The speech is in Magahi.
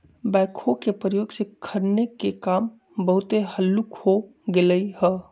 बैकहो के प्रयोग से खन्ने के काम बहुते हल्लुक हो गेलइ ह